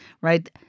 right